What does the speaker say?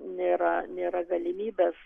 nėra nėra galimybės